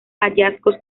hallazgos